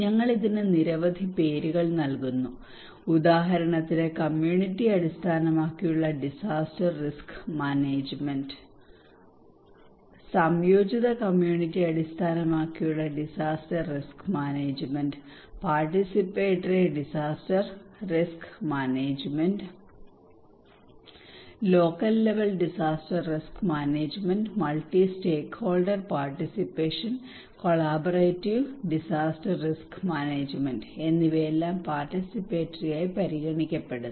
ഞങ്ങൾ ഇതിന് നിരവധി പേരുകൾ നൽകുന്നു ഉദാഹരണത്തിന് community based disaster risk management CBDM integrated community based disaster risk management participatory disaster risk management local level disaster risk management multi stakeholder participation collaborative disaster risk management എന്നിവയെല്ലാം participatory ആയി പരിഗണിക്കപ്പെടുന്നു